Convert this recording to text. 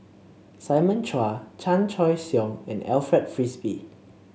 Simon Chua Chan Choy Siong and Alfred Frisby